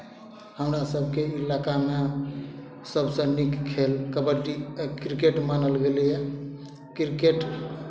हमरा सभके इलाकामे सभसँ नीक खेल कबड्डी क्रिकेट मानल गेलैए क्रिकेट